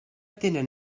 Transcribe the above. tenen